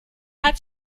hat